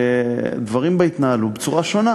שדברים בה התנהלו בצורה שונה,